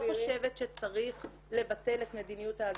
חושבת שצריך לבטל את מדיניות ההגירה,